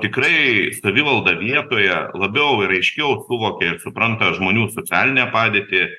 tikrai savivalda vietoje labiau ir aiškiau suvokia ir supranta žmonių socialinę padėtį